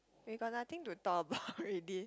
we got nothing to talk about already